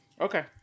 Okay